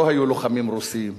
לא היו לוחמים רוסים,